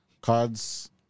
Cards